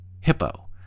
Hippo